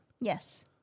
Yes